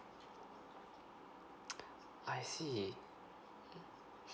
I see